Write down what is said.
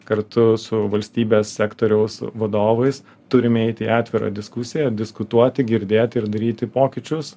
kartu su valstybės sektoriaus vadovais turime eiti į atvirą diskusiją diskutuoti girdėti ir daryti pokyčius